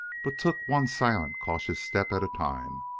but took one silent, cautious step at a time,